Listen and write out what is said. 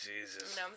Jesus